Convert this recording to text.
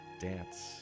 Dance